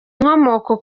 inkomoko